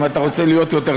אם אתה רוצה להיות יותר,